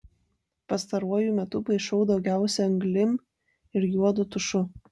pastaruoju metu paišau daugiausia anglim ir juodu tušu